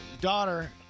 daughter-